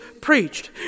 preached